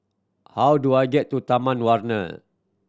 how do I get to Taman Warna